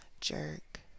jerk